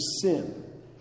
sin